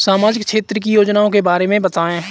सामाजिक क्षेत्र की योजनाओं के बारे में बताएँ?